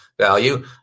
value